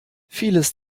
vieles